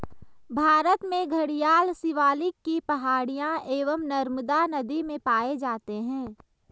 भारत में घड़ियाल शिवालिक की पहाड़ियां एवं नर्मदा नदी में पाए जाते हैं